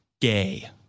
gay